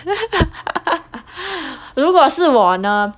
如果是我呢